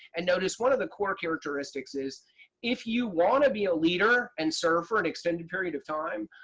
and notice one of the core characteristics is if you want to be a leader and serve for an extended period of time,